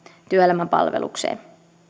työelämän palvelukseen